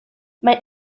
mae